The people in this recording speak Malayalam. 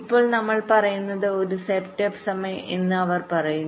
ഇപ്പോൾ നമ്മൾ പറയുന്നത് ഒരു സെറ്റപ്പ് സമയം എന്ന് അവർ പറയുന്നു